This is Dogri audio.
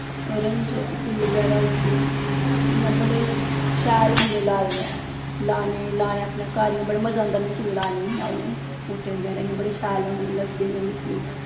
ओरेंज फुल्ल बगैरा होई गे जियां बड़े शैल होंदे लाए दे में लाने लाने इ'यां अपने घर इ'यां बड़ा मज़ा आंदा मिगी लानेईं उ'नेंई बूह्टें बगैरा इ'यां बड़े शैल होंदे इ'यां लगदे इ'यां मिगी